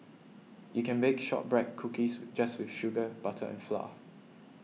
you can bake Shortbread Cookies with just with sugar butter and flour